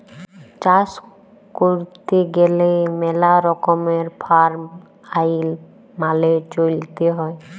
চাষ ক্যইরতে গ্যালে ম্যালা রকমের ফার্ম আইল মালে চ্যইলতে হ্যয়